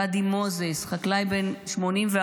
גדי מוזס, חקלאי בן 81,